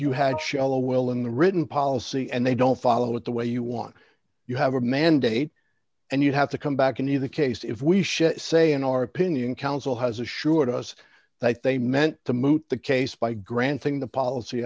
you had shallow well in the written policy and they don't follow it the way you want you have a mandate and you have to come back in either case if we should say in our opinion council has assured us that they meant to moot the case by granting the policy